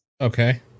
okay